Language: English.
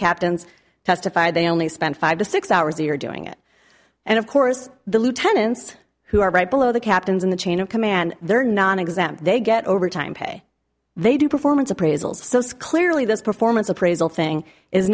captains testified they only spend five to six hours the are doing it and of course the lieutenants who are right below the captains in the chain of command there are nonexempt they get overtime pay they do performance appraisals clearly this performance appraisal thing is